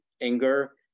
anger